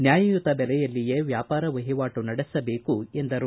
ನ್ಯಾಯಯುತ ಬೆಲೆಯಲ್ಲಿಯೇ ವ್ಯಾಪಾರ ವಹಿವಾಟು ನಡೆಸಬೇಕು ಎಂದರು